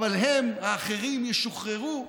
אבל הם, האחרים, ישוחררו,